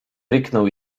ryknął